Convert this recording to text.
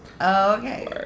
Okay